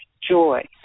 joy